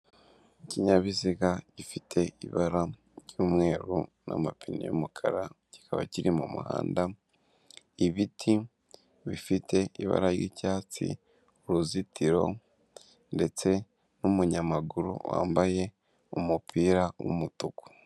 Ikinyabiziga gifite ibara ry'umweru n'amapine y'umukara kikaba kiri mu muhanda, ibiti bifite ibara ry'icyatsi, uruzitiro ndetse n'umunyamaguru wambaye umupira w'umutuku.